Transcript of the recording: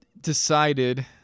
decided